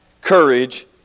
courage